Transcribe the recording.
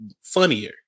funnier